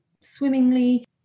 swimmingly